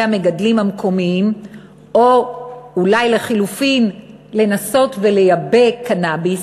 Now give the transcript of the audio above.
המגדלים המקומיים או אולי לחלופין לנסות ולייבא קנאביס,